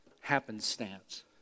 happenstance